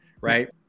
right